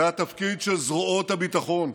זה התפקיד של זרועות הביטחון,